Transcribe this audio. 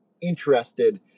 interested